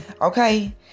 okay